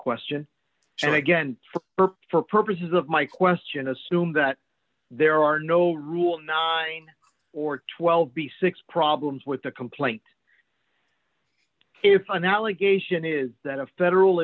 question and again for purposes of my question assume that there are no rule naing or twelve b six problems with the complaint if an allegation is that a federal